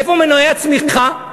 איפה מנועי הצמיחה?